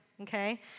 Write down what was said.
Okay